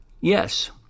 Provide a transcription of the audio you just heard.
Yes